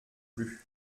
plus